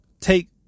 take